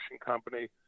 company